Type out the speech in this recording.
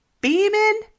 beaming